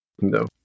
no